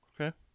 Okay